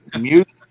music